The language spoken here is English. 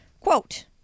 quote